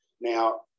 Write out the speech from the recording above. Now